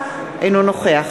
אינו נוכח